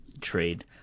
trade